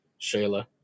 Shayla